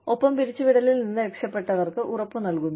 ഒപ്പം പിരിച്ചുവിടലിൽ നിന്ന് രക്ഷപ്പെട്ടവർക്ക് ഉറപ്പുനൽകുന്നു